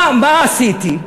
מה עשיתי?